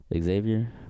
Xavier